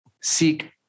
seek